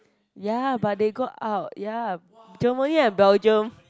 ya but they got out ya Germany and Belgium